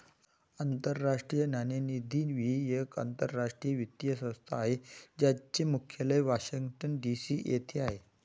आंतरराष्ट्रीय नाणेनिधी ही एक आंतरराष्ट्रीय वित्तीय संस्था आहे ज्याचे मुख्यालय वॉशिंग्टन डी.सी येथे आहे